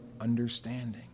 understanding